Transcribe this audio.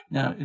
Now